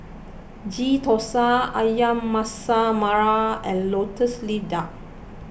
Ghee Thosai Ayam Masak Merah and Lotus Leaf Duck